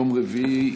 יום רביעי,